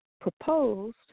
proposed